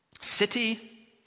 city